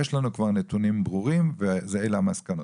יש לנו כבר נתונים ברורים ואלה המסקנות,